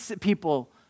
people